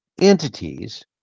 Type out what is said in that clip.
entities